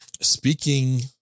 Speaking